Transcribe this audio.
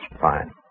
Fine